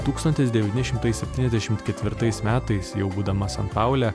tūkstantis devyni šimtai septyniasdešimt ketvirtais metais jau būdama san paule